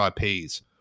IPs